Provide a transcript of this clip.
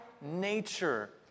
nature